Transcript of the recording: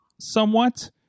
somewhat